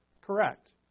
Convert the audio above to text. Correct